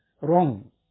wrong